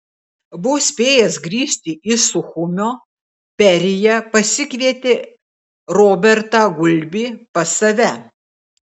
vos spėjęs grįžti iš suchumio berija pasikvietė robertą gulbį pas save